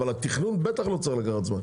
אבל התכנון בטח לא צריך לקחת זמן.